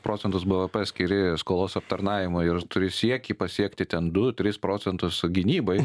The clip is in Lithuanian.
procentus bvp skiri skolos aptarnavimui ir turi siekį pasiekti ten du tris procentus gynybai